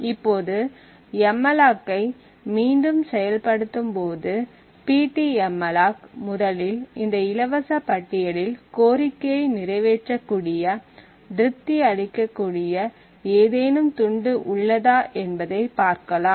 இப்போது எம்மலாக் ஐ மீண்டும் செயல்படுத்தும்போது ptmalloc முதலில் இந்த இலவச பட்டியலில் கோரிக்கையை நிறைவேற்றக் கூடிய திருப்தி அளிக்கக் கூடிய ஏதேனும் துண்டு உள்ளதா என்பதை பார்க்கலாம்